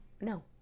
No